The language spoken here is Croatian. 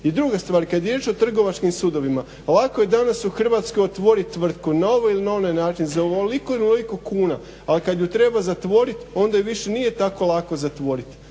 I druga stvar kada je riječ o trgovačkim sudovima lako je danas u Hrvatskoj otvoriti tvrtku na ovaj ili na onaj način za ovoliko ili onoliko kuna ali kada ju treba zatvoriti onda ju više nije tako lako zatvoriti.